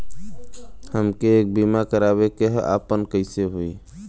हमके एक बीमा करावे के ह आपन कईसे होई?